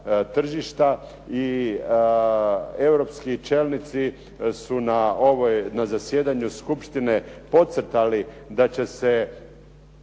I europski čelnici su na ovoj, na zasjedanju skupštine podcrtali da će se